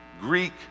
Greek